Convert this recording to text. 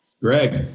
Greg